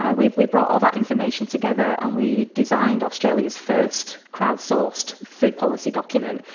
ah we we brought all that information together and we designed australia's first crowdsourced food policy document,